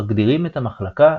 מגדירים את המחלקה